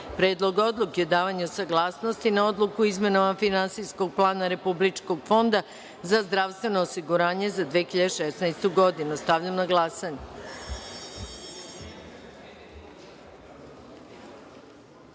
Predlog odluke o davanju saglasnosti na Odluku o izmenama finansijskog plana Republičkog fonda za zdravstveno osiguranje za 2016. godinu. Stavljam na